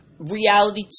reality